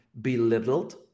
belittled